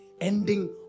ending